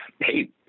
hey